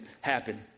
happen